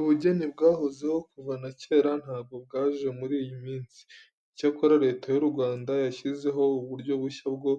Ubugeni bwahozeho kuva na kera ntabwo bwaje muri iyi minsi. Icyakora Leta y'u Rwanda yashyizeho uburyo bushya bwo